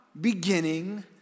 beginning